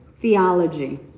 theology